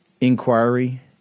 inquiry